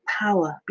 power